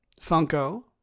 Funko